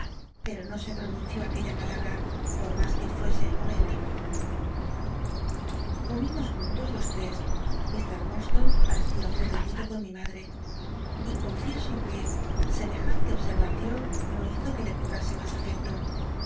pero no se pronunció aquella palabra por rn as que fuese el momento conrimos juntos los tr es r furdstonc parecía muy rcndido con mi m ulre y confieso que semejante oboei'i'iicion no hizo que le cobrase mas afecto